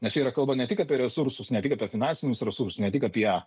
nes čia yra kalba ne tik apie resursus ne tik apie finansinius resursus ne tik apie